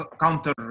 counter